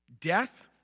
Death